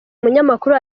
umunyamakuru